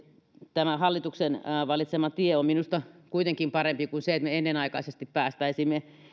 tämä hallituksen valitsema tie on minusta kuitenkin parempi kuin se että me ennenaikaisesti päästäisimme